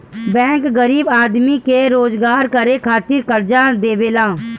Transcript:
bank गरीब आदमी के रोजगार करे खातिर कर्जा देवेला